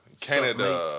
Canada